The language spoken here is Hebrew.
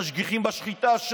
שמענו את התשובה שלך,